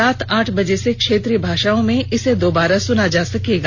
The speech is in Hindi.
रात को आठ बजे से क्षेत्रीय भाषाओं में इसे दोबारा सुना जा सकता है